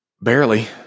barely